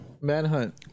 Manhunt